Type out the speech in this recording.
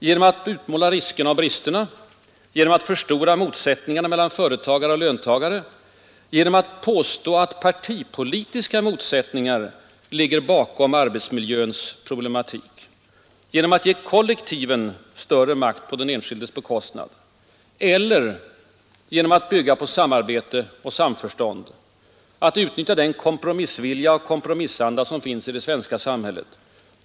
Genom att bara utmåla riskerna och bristerna, genom att förstora upp motsättningarna mellan företagare och löntagare, genom att påstå att partipolitiska motsättningar ligger bakom arbetsmiljöns problematik? Genom att ge kollektiven större makt på den enskildes bekostnad? Eller genom att bygga på samarbete och samförstånd och utnyttja den kompromissvilja och kompromissanda som finns i det svenska samhället?